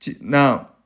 now